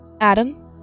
Adam